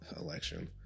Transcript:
election